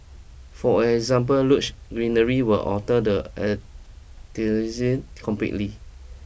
for example greenery will alter the aesthetic completely